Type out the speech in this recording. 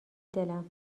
دلم